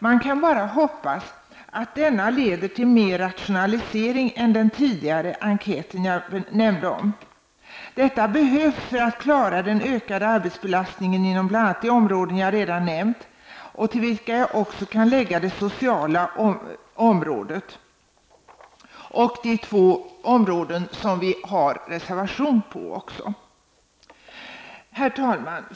Vi kan bara hoppas att denna leder till mer av rationalisering än den enkät som jag tidigare nämnde. Detta behövs för att klara den ökade arbetsbelastningen inom bl.a. de områden som jag redan nämnt, till vilka jag också kan lägga det sociala området och de två områden beträffande vilka vi har avgivit reservationer. Herr talman!